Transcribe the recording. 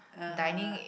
(uh huh)